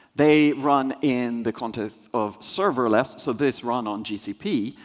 they run in the context of serverless, so this run on gcp.